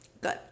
Good